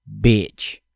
bitch